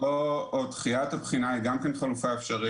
דחיית הבחינה היא גם חלופה אפשרית.